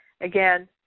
Again